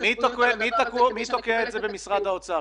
הזה --- מי תוקע את זה במשרד האוצר?